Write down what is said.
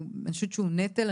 אני חושבת שהוא נטל,